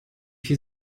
viel